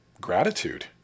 gratitude